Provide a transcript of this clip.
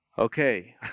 Okay